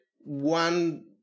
one